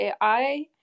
AI